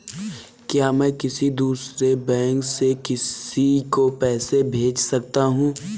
क्या मैं किसी दूसरे बैंक से किसी को पैसे भेज सकता हूँ?